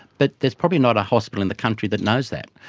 but there's probably not a hospital in the country that knows that.